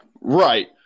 Right